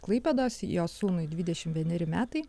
klaipėdos jos sūnui dvidešimt vieneri metai